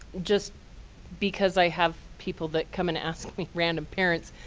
just because i have people that come and ask me, random parents,